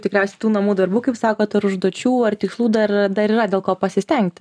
tikriausia tų namų darbų kaip sakot ar užduočių ar tikslų dar dar yra dėl ko pasistengti